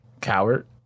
coward